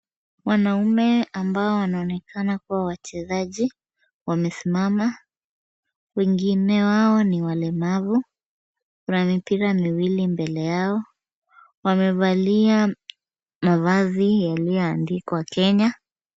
Wanaume ambao wanaonekana kuwa wachezaji, wamesimama wengine wao ni walemavu, Kuna mipira mbili mbele Yao wamevalia mavazi yalioandikwa Kenya.